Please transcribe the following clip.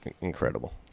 incredible